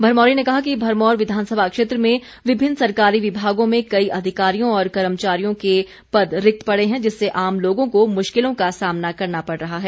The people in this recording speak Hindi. भरमौरी ने कहा कि भरमौर विधानसभा क्षेत्र में विभिन्न सरकारी विभागों में कई अधिकारियों और कर्मचारियों के पद रिक्त पड़े हैं जिससे आम लोगों को मुश्किलों का सामना करना पड़ रहा है